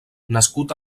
nascut